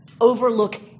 overlook